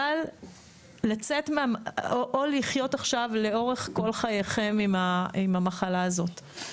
או לחיות עכשיו לאורך כל חייכן עם המחלה הזאת.